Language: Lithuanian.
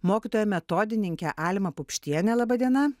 mokytoja metodininke alma pupštiene laba diena